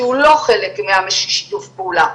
שהוא לא חלק משיתוף הפעולה,